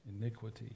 iniquity